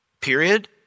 period